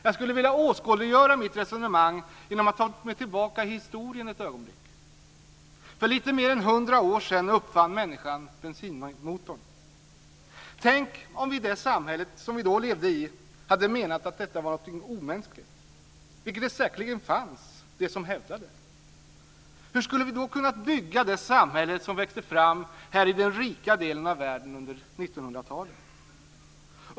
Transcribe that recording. Jag skulle vilja åskådliggöra mitt resonemang genom att gå tillbaka i historien ett ögonblick. För lite mer än hundra år sedan uppfann människan bensinmotorn. Tänk, om vi i det samhälle som vi då levde i hade menat att detta var något omänskligt, vilket det säkerligen fanns de som hävdade. Hur skulle vi då kunnat bygga det samhälle som växte fram här i den rika delen av världen under 1900-talet?